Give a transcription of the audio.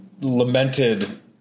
lamented